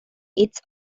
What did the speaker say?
its